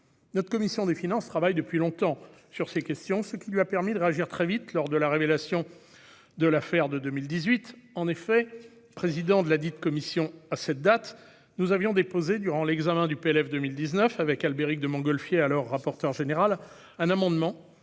Notre commission des finances travaille depuis longtemps sur ces questions, ce qui lui a permis de réagir très vite lors de la révélation de l'affaire en 2018. En effet, président de ladite commission à cette date, nous avions déposé durant l'examen du projet de loi de finances pour 2019, avec Albéric de Montgolfier, alors rapporteur général, un amendement